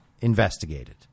investigated